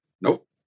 Nope